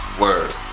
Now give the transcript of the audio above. Word